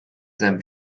seinem